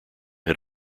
had